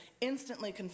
instantly